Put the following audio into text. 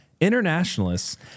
internationalists